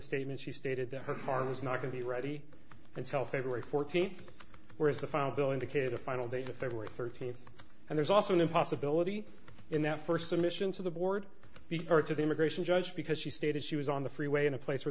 statement she stated that her heart was not going to be ready until february fourteenth whereas the phone bill indicated a final date if there were thirteen and there's also an impossibility in that first submission to the board before to the immigration judge because she stated she was on the freeway in a place where